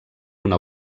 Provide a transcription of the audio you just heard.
una